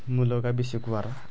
मुलुगा बेसे गुवार